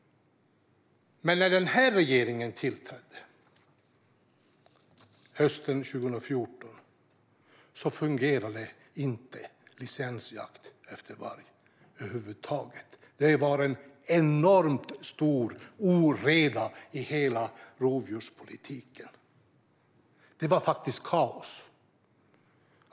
När denna regering tillträdde hösten 2014 fungerade inte licensjakt efter varg över huvud taget. Det var en enorm oreda i hela rovdjurspolitiken. Det var kaos.